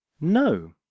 No